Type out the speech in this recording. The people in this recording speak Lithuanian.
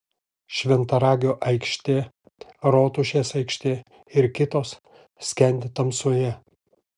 šventaragio aikštė rotušės aikštė ir kitos skendi tamsoje